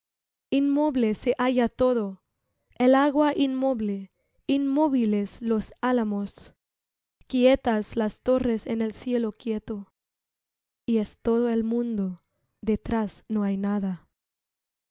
inmoble se halla todo el agua inmoble inmóviles los álamos quietas las torres en el cielo quieto y es todo el mundo detrás no hay nada